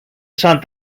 σαν